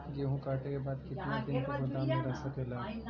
गेहूँ कांटे के बाद कितना दिन तक गोदाम में रह सकेला?